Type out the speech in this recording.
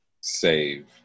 save